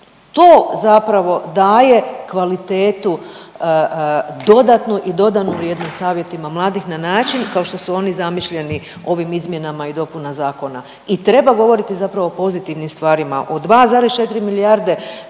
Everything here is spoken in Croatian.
To zapravo daje kvalitetu dodatnu i dodanu vrijednost savjetima mladih na način kao što su oni zamišljeni ovim izmjenama i dopunama zakona. I treba govoriti zapravo o pozitivnim stvarima, o 2,4 milijarde